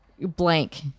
blank